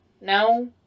no